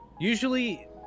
usually